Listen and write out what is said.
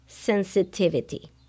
sensitivity